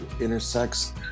intersects